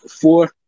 Four